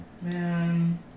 Man